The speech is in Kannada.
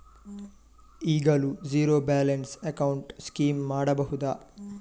ಈಗಲೂ ಝೀರೋ ಬ್ಯಾಲೆನ್ಸ್ ಅಕೌಂಟ್ ಸ್ಕೀಮ್ ಮಾಡಬಹುದಾ?